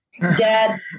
Dad